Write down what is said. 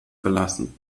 verlassen